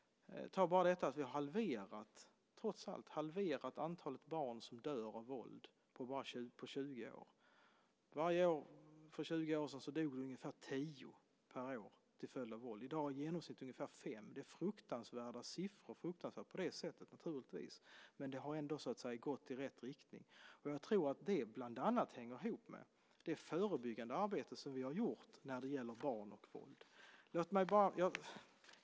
Ta bara detta att antalet barn som dör av våld trots allt har halverats på bara 20 år. För 20 år sedan dog ungefär tio barn per år. I dag är genomsnittet ungefär fem. Det är naturligtvis fruktansvärda siffror, men det har ändå gått i rätt riktning. Jag tror att det bland annat hänger ihop med det förebyggande arbete som vi har gjort när det gäller barn och våld.